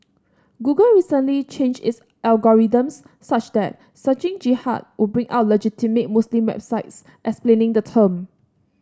Google recently changed its algorithms such that searching Jihad would bring up legitimate Muslim websites explaining the term